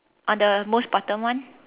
on the most bottom one